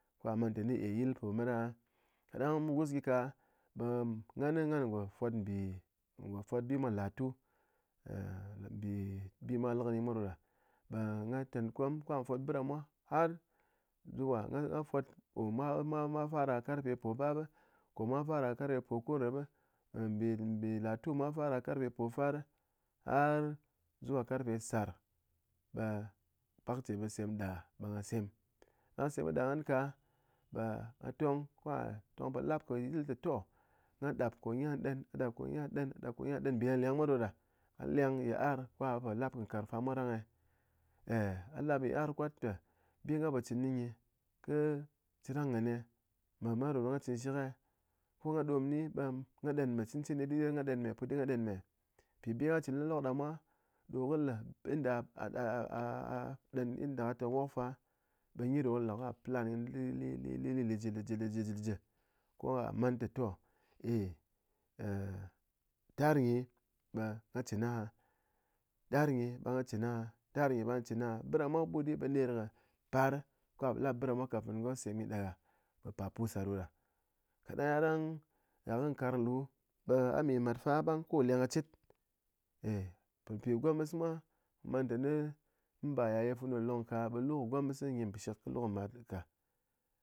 Ɓa man ténɨ ey yil po met aha, kaɗang wus gyi ka ɓe ghan ghan ngo fot bɨ fot bi mwa nlatu bi bi mwa lekɨni mwa ɗoɗa, ɓe gha ten kom ko gha fot biɗámwa har zuwa gha gha fot ko mwa mwa fara karfe pobab ko mwa fara karfe pokun rɨp nbi nbi latu mwa fara karfe pofar, har zuwa karfe sar ɓe pakche ɓe sem dap gha ɓe gha sem ɗang sem ɗap ghan ka ɓe gha tong ko gha tong po lap ko ye li te toh gha ɗap ko nyi ɗen gha dap konyi gha ɗen ɗap ko nyi gha ɗen mbi lengleng mwa ɗoɗa a leng yit'ar ko gha po lap nkarng fa mwa rang eh eh gha lap yit'ar kwat ke bi ghan po cɨn nyi nyé kɨ cherang ghán ne ɗo mwa kɨ chen shik kɨ eh ko gha ɗom ni ɓe gha ɗen me cɨn cɨni ɗɨɗer gha ɗen me puɗi gha ɗen me mpi bi gha cɨn loklok ɗamwa ɗo kɨ le inda a a a ɗen inda a tong wok fa ɓe nyi ɗo kɨ le ko gha plan nyi li li li li li lɨjé lɨjé lɨjé lɨjé ko ghá man nte toh ah tar nyi be gha chin aha tar nyi be gha cɨn aha tar nyi be gha chin aha bɨɗa mwa ɓut ɓe ner kɨ par ko gha po lap biɗa mwa kafin ko sem ɗap gha kɨ par pus ɗa ɗoɗa, káɗangyadang gha kɨ nkarng lu ɓe gha mi mat fa ɓang ko leng kɨ chit eh mpipi gomes mwa man ténɨ ba yaye funu ɗeka ɓe lu gomes nyi mbɨshik kɨ lu mat ka